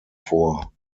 vor